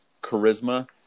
charisma